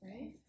Right